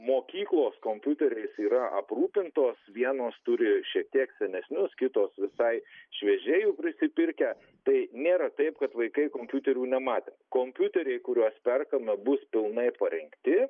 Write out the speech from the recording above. mokyklos kompiuteriais yra aprūpintos vienos turi šiek tiek senesnius kitos visai šviežiai jų prisipirkę tai nėra taip kad vaikai kompiuterių nematė kompiuteriai kuriuos perkame bus pilnai parengti